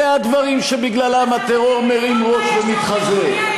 אלה הדברים שבגללם הטרור מרים ראש ומתחזק.